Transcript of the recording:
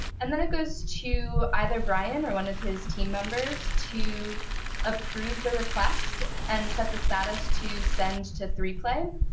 and then it goes to either bryan or one of his team members to approve the request and set the status to send to three play.